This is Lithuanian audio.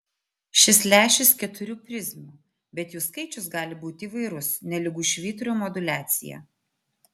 šis lęšis keturių prizmių bet jų skaičius gali būti įvairus nelygu švyturio moduliacija